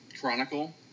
chronicle